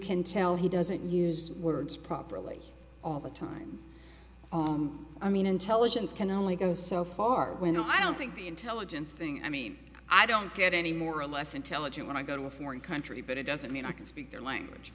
can tell he doesn't use words properly all the time i mean intelligence can only go so far when i don't think the intelligence thing i mean i don't get any more or less intelligent when i go to a foreign country but it doesn't mean i can speak their language